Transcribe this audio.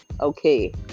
Okay